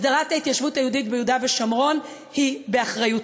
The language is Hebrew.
הסדרת ההתיישבות היהודית ביהודה ושומרון היא באחריותנו.